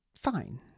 fine